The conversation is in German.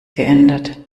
geändert